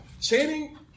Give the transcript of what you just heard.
Channing